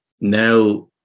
now